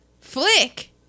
Flick